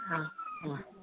ꯑꯥ